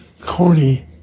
corny